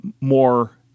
more